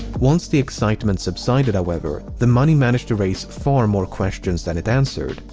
once the excitement subsided, however, the money managed to raise far more questions than it answered.